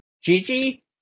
Gigi